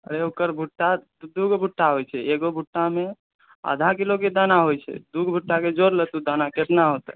अरे ओकर भुट्टा दू दू गो भुट्टा होइ छै एगो भुट्टा मे आधा किलो के दाना होइ छै दू भुट्टा के तू जोर लऽ दाना कितना होतै